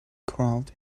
crowd